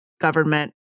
government